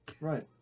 Right